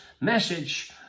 message